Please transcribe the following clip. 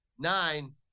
Nine